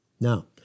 Now